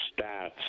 stats